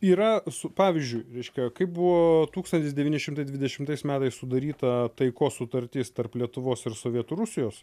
yra su pavyzdžiui reiškia kaip buvo tūkstantis devyni šimtai dvidešimtais metais sudaryta taikos sutartis tarp lietuvos ir sovietų rusijos